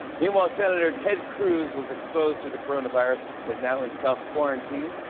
meanwhile, senator ted cruz was exposed to the coronavirus and is now in self-quarantine.